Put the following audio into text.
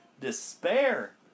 despair